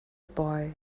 boy